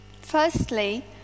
Firstly